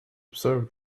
observe